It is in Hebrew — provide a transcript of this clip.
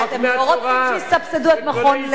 אתם לא רוצים שיסבסדו את "מכון לב" למשל?